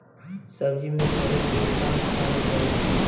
सब्जी में सड़े के का कारण होला?